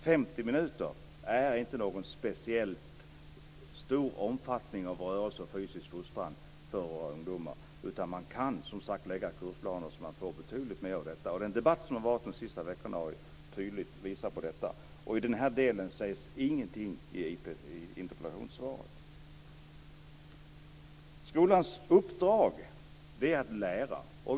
50 minuter är inte någon speciellt stor omfattning av rörelse och fysisk fostran. Man kan, som sagt, lägga kursplanen så att man får betydligt mer av detta. Den debatt som har förts under de senaste veckorna har tydligt visat på det. I den här delen sägs ingenting i interpellationssvaret. Skolans uppdrag är att lära.